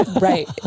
Right